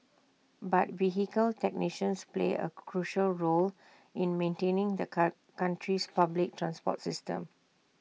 but vehicle technicians play A crucial role in maintaining the country's public transport system